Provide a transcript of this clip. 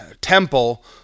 temple